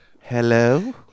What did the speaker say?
Hello